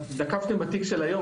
התמקדתם בתיק של היום,